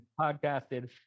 podcasted